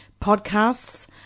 podcasts